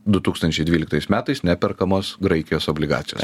du tūkstančiai dvyliktais metais neperkamos graikijos obligacijos